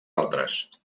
altres